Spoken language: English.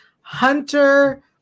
Hunter